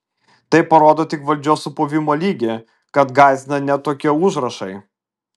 tai parodo tik valdžios supuvimo lygį kad gąsdina net tokie užrašai